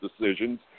decisions